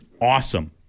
awesome